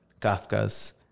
kafka's